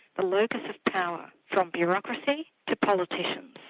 the locus of power from bureaucracy to politicians,